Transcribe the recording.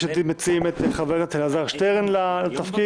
יש עתיד מציעים את חבר הכנסת אלעזר שטרן לתפקיד,